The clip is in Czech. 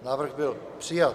Návrh byl přijat.